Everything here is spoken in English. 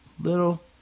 little